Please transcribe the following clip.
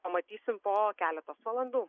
pamatysim po keletos valandų